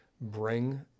bring